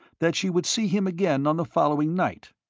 that she would see him again on the following night.